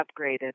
upgraded